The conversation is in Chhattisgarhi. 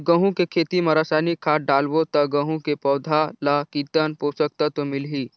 गंहू के खेती मां रसायनिक खाद डालबो ता गंहू के पौधा ला कितन पोषक तत्व मिलही?